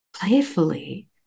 playfully